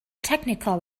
technical